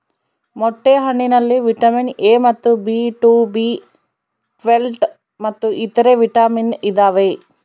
ಮೊಟ್ಟೆ ಹಣ್ಣಿನಲ್ಲಿ vitamin A ಮತ್ತು ಬಿ ಟು ಬಿ ಟ್ವೇಲ್ವ್ ಮತ್ತು ಇತರೆ ವಿಟಾಮಿನ್ ಇದಾವೆ